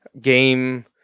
game